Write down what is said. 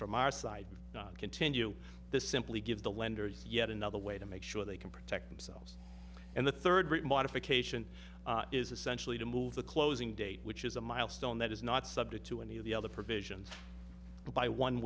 from our side not continue the simply give the lenders yet another way to make sure they can protect themselves and the third rate modification is essentially to move the closing date which is a milestone that is not subject to any of the other provisions to buy one